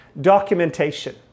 Documentation